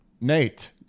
Nate